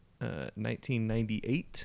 1998